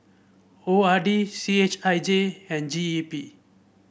O R D C H I J and G E P